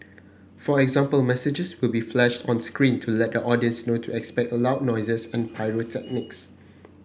for example messages will be flashed on screen to let the audience know to expect loud noises and pyrotechnics